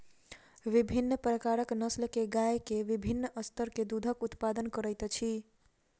विभिन्न प्रकारक नस्ल के गाय के विभिन्न स्तर के दूधक उत्पादन करैत अछि